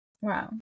wow